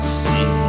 see